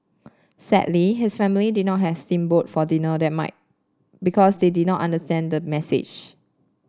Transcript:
sadly his family did not have steam boat for dinner that might because they did not understand the message